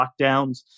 lockdowns